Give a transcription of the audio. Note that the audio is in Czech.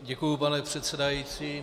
Děkuji, pane předsedající.